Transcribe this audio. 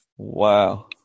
Wow